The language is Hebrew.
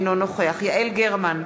אינו נוכח יעל גרמן,